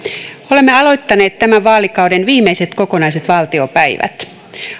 olemme aloittaneet tämän vaalikauden viimeiset kokonaiset valtiopäivät